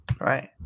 Right